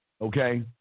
Okay